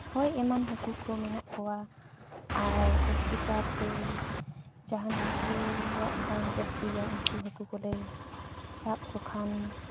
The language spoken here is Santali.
ᱦᱳᱭ ᱮᱢᱟᱱ ᱦᱟᱠᱩ ᱠᱚ ᱢᱮᱱᱟᱜ ᱠᱚᱣᱟ ᱟᱨ ᱡᱟᱹᱥᱛᱤᱠᱟᱨᱛᱮ ᱡᱟᱦᱟᱱ ᱦᱟᱹᱠᱩᱣᱟᱜ ᱫᱟᱢ ᱡᱟᱹᱥᱛᱤᱜᱮᱭᱟ ᱩᱱᱠᱩ ᱦᱟᱠᱩᱠᱚᱞᱮ ᱥᱟᱵ ᱠᱚ ᱠᱷᱟᱱ